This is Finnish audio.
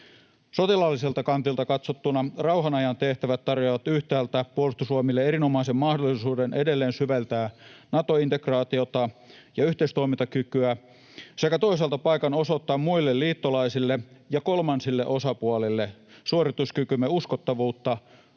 Sotilaalliselta kantilta katsottuna rauhanajan tehtävät tarjoavat yhtäältä Puolustusvoimille erinomaisen mahdollisuuden edelleen syventää Nato-integraatiota ja yhteistoimintakykyä sekä toisaalta paikan osoittaa muille liittolaisille ja kolmansille osapuolille suorituskykymme uskottavuutta